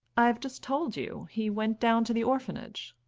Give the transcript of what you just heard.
i have just told you he went down to the orphanage.